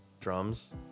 drums